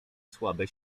słabe